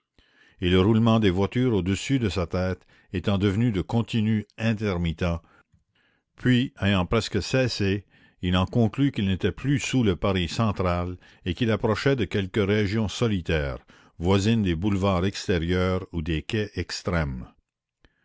et le roulement des voitures au-dessus de sa tête étant devenu de continu intermittent puis ayant presque cessé il en conclut qu'il n'était plus sous le paris central et qu'il approchait de quelque région solitaire voisine des boulevards extérieurs ou des quais extrêmes